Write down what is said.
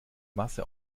masse